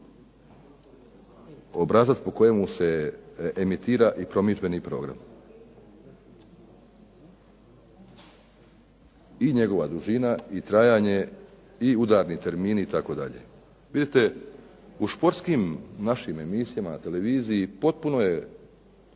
obrazac po kojemu se emitira i promidžbeni program. I njegova dužina i trajanje i udarni termini itd. Vidite u športskim našim emisijama na televiziji potpuno je